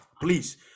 Please